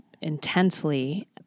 intensely